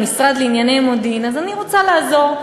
אז אני רוצה לעזור.